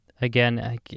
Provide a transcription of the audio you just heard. again